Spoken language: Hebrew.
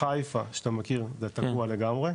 חיפה שאתה מכיר זה תקוע לגמרי.